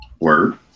Word